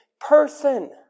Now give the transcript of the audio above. person